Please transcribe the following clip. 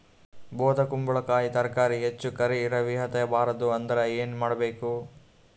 ಬೊದಕುಂಬಲಕಾಯಿ ತರಕಾರಿ ಹೆಚ್ಚ ಕರಿ ಇರವಿಹತ ಬಾರದು ಅಂದರ ಏನ ಮಾಡಬೇಕು?